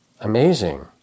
amazing